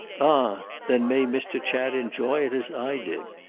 ah then may mr. chad enjoy it as i did!